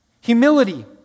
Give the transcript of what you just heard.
Humility